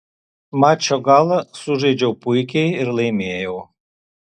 mačo galą sužaidžiau puikiai ir laimėjau